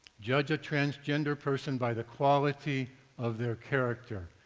judge a transgender person by the quality of their character.